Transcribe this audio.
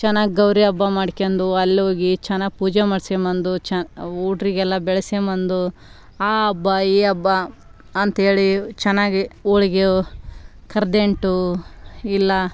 ಚೆನ್ನಾಗಿ ಗೌರಿ ಹಬ್ಬ ಮಾಡ್ಕೊಂಡು ಅಲ್ಲಿ ಹೋಗಿ ಚೆನ್ನಾಗಿ ಪೂಜೆ ಮಾಡ್ಸೊಕೊಂ ಬಂದು ಚ ಹುಡ್ರಿಗೆಲ್ಲ ಬೆಳ್ಸ್ಯಮ್ಬಂದು ಆ ಹಬ್ಬ ಈ ಹಬ್ಬ ಅಂಥೇಳಿ ಚೆನ್ನಾಗಿ ಹೋಳಿಗ್ಯೋ ಕರದಂಟು ಇಲ್ಲ